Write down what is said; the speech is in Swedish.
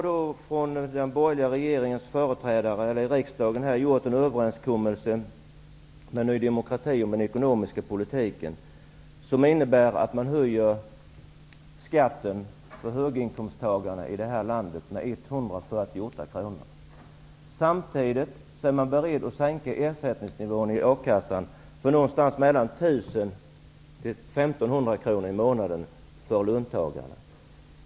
De borgerliga företrädarna i riksdagen har träffat en överenskommelse med Ny demokrati om den ekonomiska politiken, innebärande att skatten för landets höginkomsttagare höjs med 148 kr! Samtidigt är man beredd att sänka ersättningsnivån i fråga om a-kassan med 1 000--1 500 kr i månaden för löntagarna.